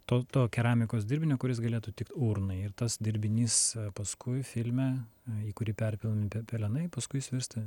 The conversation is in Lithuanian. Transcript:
to to keramikos dirbinio kuris galėtų tik urnai ir tas dirbinys paskui filme į kurį perpilami pe pelenai paskui jis virsta